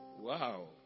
wow